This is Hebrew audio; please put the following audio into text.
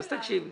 אז תקשיבי,